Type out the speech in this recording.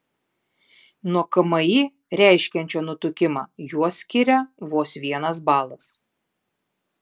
nuo kmi reiškiančio nutukimą juos skiria vos vienas balas